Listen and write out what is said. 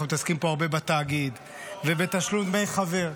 מתעסקים פה הרבה בתאגיד ובתשלום דמי חבר.